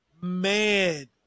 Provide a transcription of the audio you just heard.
man